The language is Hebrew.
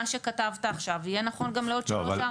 מה שכתבת עכשיו יהיה נכון גם לעוד שלוש-ארבע שנים.